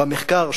במחקר,